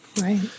Right